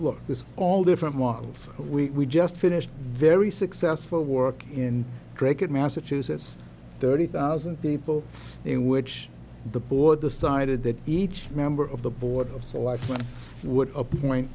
look this all different models we just finished very successful work in drag massachusetts thirty thousand people in which the board decided that each member of the board of selectmen would appoint